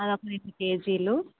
అది ఒక రెండు కేజీలు